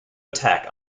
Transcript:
attack